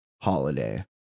holiday